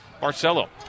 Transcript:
Marcelo